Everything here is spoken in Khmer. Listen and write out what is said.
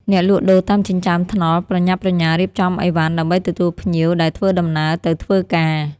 អ្នកលក់ដូរតាមចិញ្ចើមថ្នល់ប្រញាប់ប្រញាល់រៀបចំឥវ៉ាន់ដើម្បីទទួលភ្ញៀវដែលធ្វើដំណើរទៅធ្វើការ។